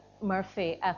Murphy